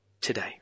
today